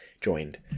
joined